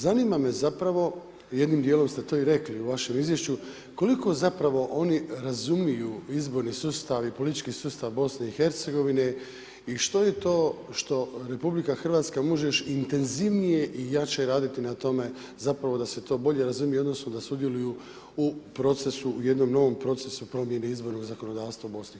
Zanima me zapravo jednim dijelom ste to i rekli u vašem izvješću koliko zapravo oni razumiju izborni sustav i politički sustav BiH-a i što je to što RH može još intenzivnije i jače raditi na tome zapravo da se to bolje razumije, odnosno da sudjeluju u procesu u jednom novom procesu, promjeni izbornog zakonodavstva u BiH-a.